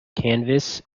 canvas